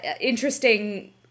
interesting